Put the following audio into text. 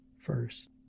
First